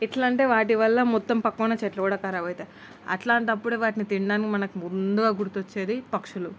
ఎట్లా అంటే వాటి వల్ల మొత్తం పక్కన ఉన్న చెట్లు కూడా కరాబ్ అవుతాయి అలాంటప్పుడు వాటిని తినడానికి మనకు ముందుగా గుర్తు వచ్చేది పక్షులు